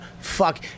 fuck